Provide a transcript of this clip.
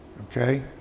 Okay